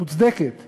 מוצדקת